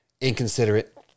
Inconsiderate